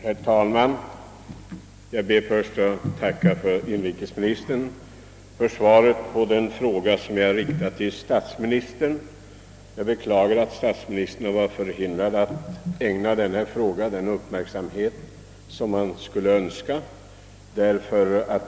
Herr talman! Jag ber först att få tacka inrikesministern för svaret på den fråga jag riktat till statsministern. Jag beklagar att statsministern varit förhindrad att ägna denna fråga den uppmärksamhet som man skulle ha önskat.